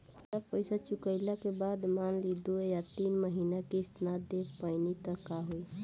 आधा पईसा चुकइला के बाद मान ली दो या तीन महिना किश्त ना दे पैनी त का होई?